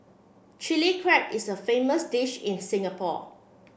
Chilli Crab is a famous dish in Singapore